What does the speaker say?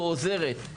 או עוזרת,